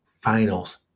finals